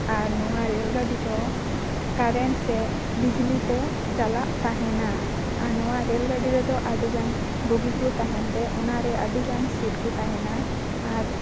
ᱟᱨ ᱱᱚᱣᱟ ᱨᱮᱞ ᱜᱟᱹᱰᱤ ᱫᱚ ᱠᱟᱨᱮᱱ ᱥᱮ ᱵᱤᱡᱽᱞᱤᱛᱮ ᱪᱟᱞᱟᱜ ᱛᱟᱦᱮᱸᱱᱟ ᱟᱨ ᱱᱚᱣᱟ ᱨᱮᱞᱜᱟᱹᱰᱤ ᱨᱮᱫᱚ ᱟᱹᱰᱤᱜᱟᱱ ᱵᱩᱜᱤ ᱠᱚ ᱛᱟᱦᱮᱱ ᱛᱮ ᱚᱱᱟ ᱨᱮ ᱟᱹᱰᱤ ᱜᱟᱱ ᱥᱤᱴ ᱠᱚ ᱛᱟᱦᱮᱸᱱᱟ ᱟᱨ